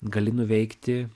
gali nuveikti